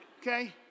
Okay